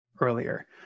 earlier